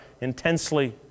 intensely